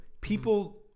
People